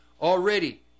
Already